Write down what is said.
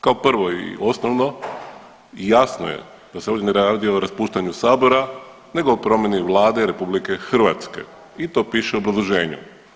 Kao prvo i osnovno, jasno je da se ovdje ne radi o raspuštanju sabora nego o promjeni Vlade RH i to piše u obrazloženju.